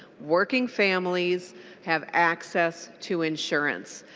working families have access to insurance.